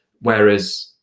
whereas